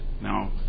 Now